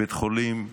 בית החולים שיפא.